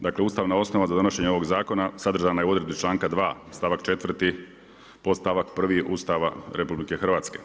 Dakle ustavna osnova za donošenje ovog zakona sadržana je u odredbi članka 2. stavak 4. podstavak 1. Ustava RH.